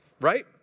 right